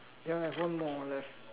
you no no all have